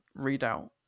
readout